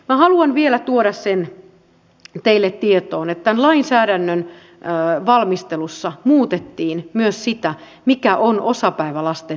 minä haluan vielä tuoda sen teille tietoon että tämän lainsäädännön valmistelussa muutettiin myös sitä mikä on osapäivälasten mitoitus